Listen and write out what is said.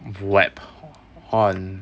web on